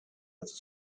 other